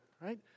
right